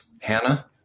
Hannah